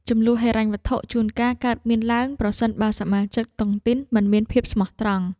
ជម្លោះហិរញ្ញវត្ថុជួនកាលកើតមានឡើង ប្រសិនបើសមាជិកតុងទីនមិនមានភាពស្មោះត្រង់។